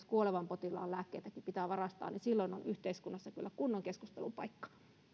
kuolevan potilaan lääkkeitäkin pitää varastaa silloin on yhteiskunnassa kyllä kunnon keskustelun paikka